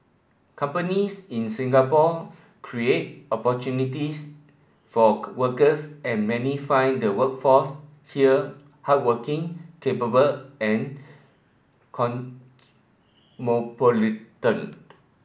companies in Singapore create opportunities for workers and many find the workforce here hardworking capable and